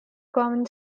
common